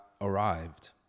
arrived